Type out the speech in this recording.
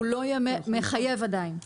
הוא לא יהיה מחייב עדיין.